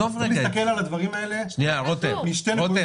צריך להסתכל על הדברים האלה משתי נקודות